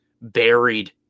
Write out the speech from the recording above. buried